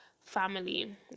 family